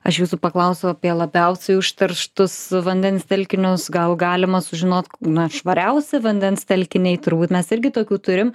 aš jūsų paklausiau apie labiausiai užterštus vandens telkinius gal galima sužinot na švariausi vandens telkiniai turbūt mes irgi tokių turim